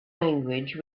language